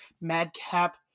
Madcap